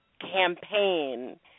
campaign